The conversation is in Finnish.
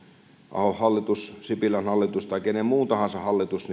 ahon hallitus sipilän hallitus tai kenen muun tahansa hallitus